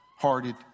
hearted